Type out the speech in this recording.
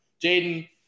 Jaden